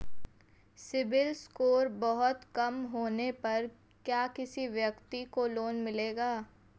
CIBIL score बहुत कम होने पर क्या किसी व्यक्ति को लोंन मिलेगा?